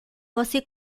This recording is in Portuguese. você